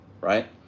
right